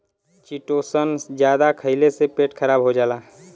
chitosan जादा खइले से पेट खराब हो जाला